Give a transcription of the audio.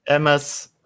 MS